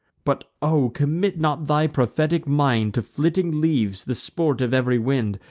but o! commit not thy prophetic mind to flitting leaves, the sport of ev'ry wind,